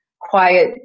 quiet